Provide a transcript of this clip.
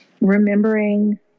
remembering